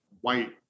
white